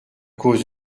cause